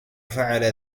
فعل